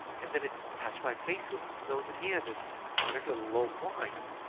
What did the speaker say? and then it touched my face with its nose again and uttered a low whine.